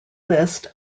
list